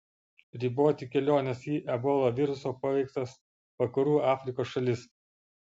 riboti keliones į ebola viruso paveiktas vakarų afrikos šalis